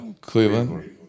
Cleveland